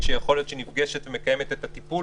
שיכול להיות שנפגשת או מקיימת את הטיפול,